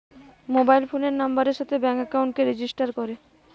mobile ফোনের নাম্বারের সাথে ব্যাঙ্ক একাউন্টকে রেজিস্টার করে